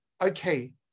okay